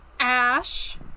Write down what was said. Ash